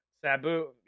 Sabu